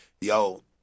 Yo